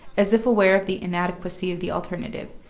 as if aware of the inadequacy of the alternative,